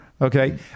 Okay